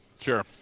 sure